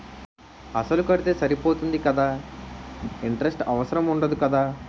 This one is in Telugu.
అసలు కడితే సరిపోతుంది కదా ఇంటరెస్ట్ అవసరం ఉండదు కదా?